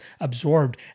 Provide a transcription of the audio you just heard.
absorbed